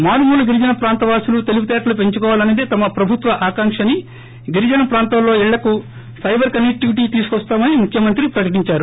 మారుమూల గిరిజన ప్రాంతవాసులు తెలివితేటలు పెంచుకోవాలన్నదే తమ ప్రభుత్వ ఆకాంక్షని గిరిజన ప్రాంతాల్లో అన్ని ఇళ్లకు పైబర్ కనెక్టివిటీ తీసుకు వస్తామని ముఖ్యమంత్రి ప్రకటించారు